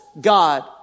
God